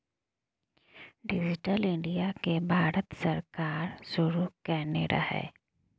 digital India केँ भारत सरकार शुरू केने रहय